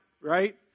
right